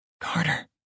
Carter